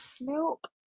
Milk